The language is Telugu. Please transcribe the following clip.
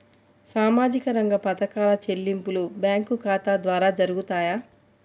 సామాజిక రంగ పథకాల చెల్లింపులు బ్యాంకు ఖాతా ద్వార జరుగుతాయా?